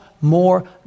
more